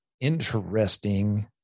interesting